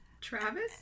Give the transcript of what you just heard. Travis